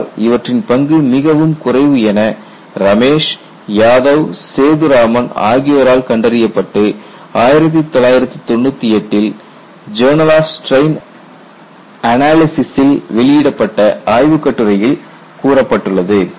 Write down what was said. ஆனால் இவற்றின் பங்கு மிகவும் குறைவு என ரமேஷ் யாதவ் சேதுராமன் ஆகியோரால் கண்டறியப்பட்டு 1998 ல் ஜோர்னல் ஆப் ஸ்ட்ரெயின் அனாலிசிசில் வெளியிடப்பட்ட ஆய்வுக் கட்டுரையில் கூறப்பட்டுள்ளது